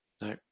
No